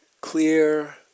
clear